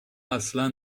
اصلا